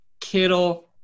Kittle